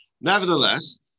Nevertheless